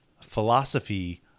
philosophy